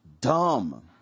dumb